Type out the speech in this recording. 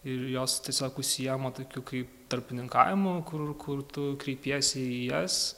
ir jos tiesiog užsiima tokiu kaip tarpininkavimu kur kur tu kreipiesi į jas